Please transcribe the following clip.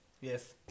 Yes